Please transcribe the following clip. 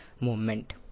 Movement